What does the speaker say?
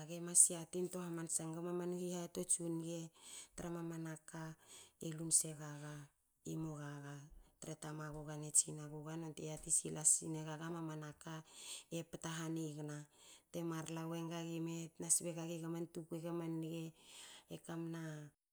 age mas yatintua hamansa nga mamanu hihatots u nge tra mamana elun segaga imu gaga tre tamagaga ne tsinagaga nonte yati sila sine gaga mamana ka e pta hanigna temar la wenga gi me. tna sbe gaga man tkui ga man nge e kamna